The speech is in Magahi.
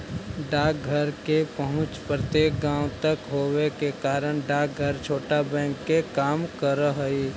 डाकघर के पहुंच प्रत्येक गांव तक होवे के कारण डाकघर छोटा बैंक के काम करऽ हइ